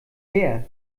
her